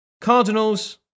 Cardinals